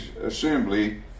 assembly